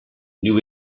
new